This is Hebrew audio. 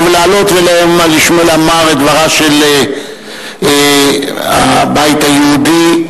ולעלות ולומר את דברו של הבית היהודי,